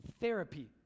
therapy